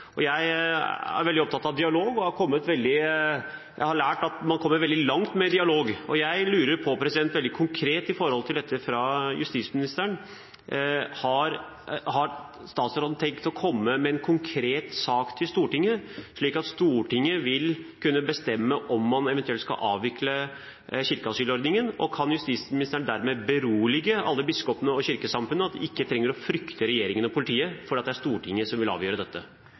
Jeg er veldig opptatt av dialog og har lært at man kommer veldig langt med dialog. Når det gjelder dette, lurer jeg veldig konkret på fra justisministeren: Har statsråden tenkt å komme med en konkret sak til Stortinget, slik at Stortinget vil kunne bestemme om man eventuelt skal avvikle kirkeasylordningen? Og kan justisministeren dermed berolige alle biskopene og kirkesamfunnene med at de ikke trenger å frykte regjeringen og politiet, fordi det er Stortinget som vil avgjøre dette?